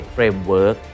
Framework